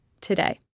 today